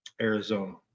Arizona